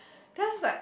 then I just like